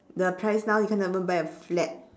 the price now you cannot even buy a flat